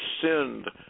sinned